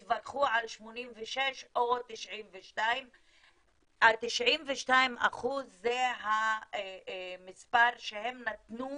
הם התווכחו על 86 או 92. 92% זה המספר שהם נתנו